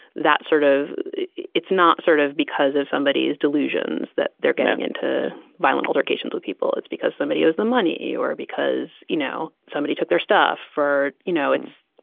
that sort of it's not sort of because if somebody has delusions that they're getting into violent altercations with people, it's because somebody owes them money or because, you know, somebody took their stuff for you know, it's